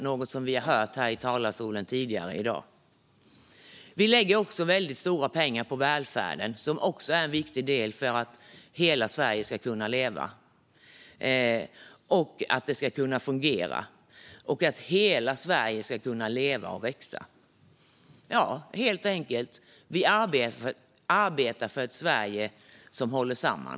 Det har vi hört här i talarstolen tidigare i dag. Vi lägger också stora pengar på välfärden, som också är en viktig del för att hela Sverige ska kunna leva, växa och fungera. Vi arbetar helt enkelt för ett Sverige som håller samman.